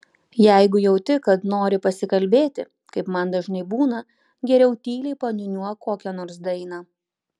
jeigu jauti kad nori pasikalbėti kaip man dažnai būna geriau tyliai paniūniuok kokią nors dainą